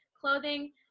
clothing